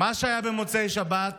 מה שהיה במוצאי שבת